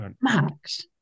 Max